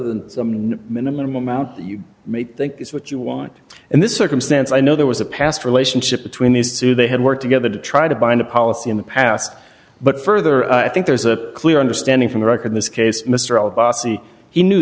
the minimum amount you may think is what you want in this circumstance i know there was a past relationship between these two they had worked together to try to bind a policy in the past but further i think there's a clear understanding from the record this case mr obasi he knew